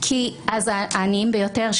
כי אז העניים ביותר,